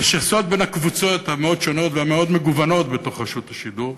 לשסות בין הקבוצות המאוד-שונות והמאוד-מגוונות בתוך רשות השידור.